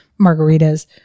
Margaritas